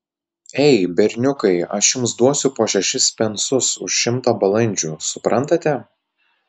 ei berniukai aš jums duosiu po šešis pensus už šimtą balandžių suprantate